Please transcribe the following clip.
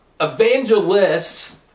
evangelists